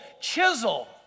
chisel